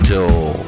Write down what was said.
Door